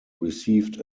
received